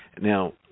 Now